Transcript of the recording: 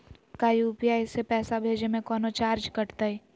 का यू.पी.आई से पैसा भेजे में कौनो चार्ज कटतई?